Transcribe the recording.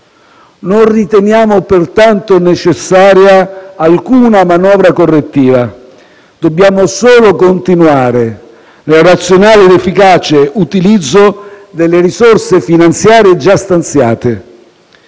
Non riteniamo pertanto necessaria alcuna manovra correttiva; dobbiamo solo continuare nel razionale ed efficace utilizzo delle risorse finanziarie già stanziate.